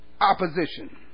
opposition